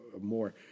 more